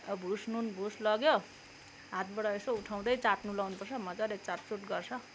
a भुस नुन भुस लग्यो हातबाट यसो उठाउँदै चाट्नु लाउनु पर्छ मजाले चाटचुट गर्छ